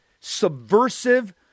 subversive